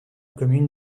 commune